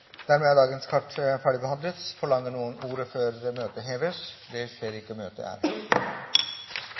dagens kart ferdigbehandlet. Forlanger noen ordet før møtet heves? – Møtet er